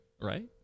Right